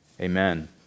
Amen